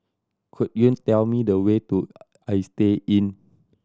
could you tell me the way to Istay Inn